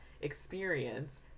experience